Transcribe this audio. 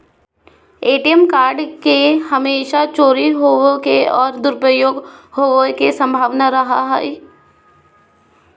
ATM card के हमेशा चोरी होवय और दुरुपयोग होवेय के संभावना हइ